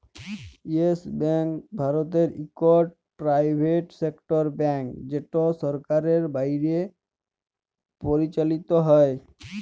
yes Bank ভারতের ইকট private sector bank যেট সরকারের বাইরে পরিচালিত হ্যয়